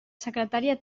secretària